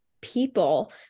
people